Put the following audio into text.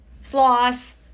sloths